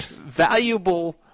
valuable